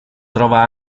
trova